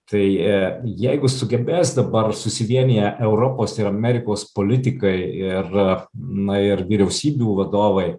tai jeigu sugebės dabar susivieniję europos ir amerikos politikai ir na ir vyriausybių vadovai